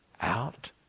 out